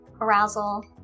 arousal